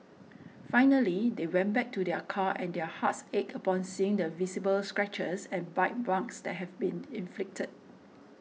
finally they went back to their car and their hearts ached upon seeing the visible scratches and bite marks that have been inflicted